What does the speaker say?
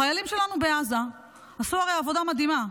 החיילים שלנו בעזה עשו הרי עבודה מדהימה.